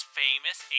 famous